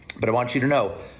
but i want you to know,